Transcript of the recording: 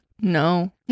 No